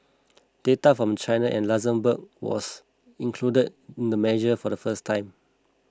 data from China and Luxembourg was included in the measure for the first time